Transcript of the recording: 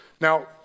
Now